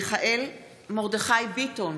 מיכאל מרדכי ביטון,